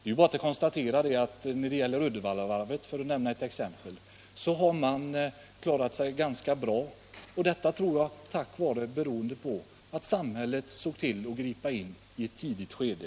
Det är bara att konstatera att Uddevallavarvet, för att nämna ett exempel, har klarat sig ganska bra. Detta tror jag är beroende på att samhället där ingrep i ett tidigt skede.